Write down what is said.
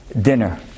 dinner